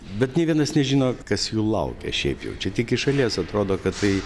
bet nė vienas nežino kas jų laukia šiaip jau čia tik iš šalies atrodo kad tai